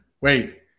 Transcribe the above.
Wait